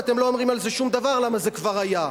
ואתם לא אומרים על זה שום דבר, כי זה כבר היה.